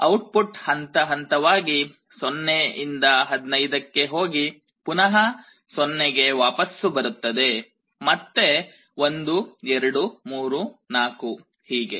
output ಹಂತ ಹಂತವಾಗಿ 0 ಇಂದ 15 ಕ್ಕೆ ಹೋಗಿ ಪುನಃ 0 ಗೆ ವಾಪಸ್ಸು ಬರುತ್ತದೆ ಮತ್ತೆ 1 2 3 4 ಹೀಗೆ